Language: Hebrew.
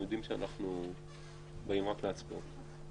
יודעים שאנחנו באים רק להצבעות.